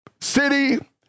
city